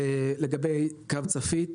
לגבי קו צפית,